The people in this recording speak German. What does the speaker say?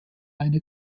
eine